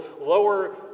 lower